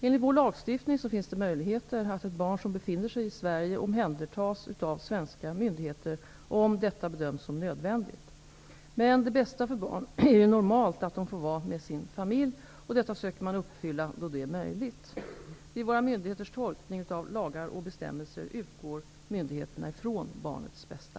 Enligt vår lagstiftning finns det möjligheter att ett barn som befinner sig i Sverige omhändertas av svenska myndigheter om detta bedöms som nödvändigt. Men det bästa för barn är ju normalt att få vara med sin familj, och detta söker man uppfylla då det är möjligt. Vid våra myndigheters tolkning av lagar och bestämmelser utgår myndigheterna från barnets bästa.